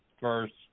first